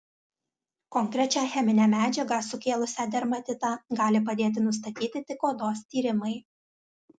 konkrečią cheminę medžiagą sukėlusią dermatitą gali padėti nustatyti tik odos tyrimai